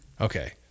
Okay